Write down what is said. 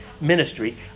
ministry